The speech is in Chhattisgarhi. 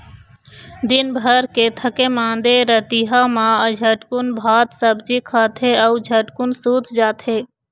दिनभर के थके मांदे रतिहा मा झटकुन भात सब्जी खाथे अउ झटकुन सूत जाथे